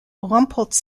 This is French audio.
remporte